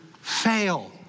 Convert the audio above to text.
fail